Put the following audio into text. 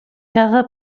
cada